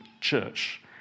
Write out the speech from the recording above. church